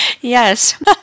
Yes